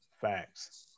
Facts